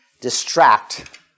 distract